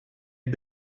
het